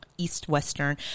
East-Western